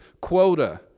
quota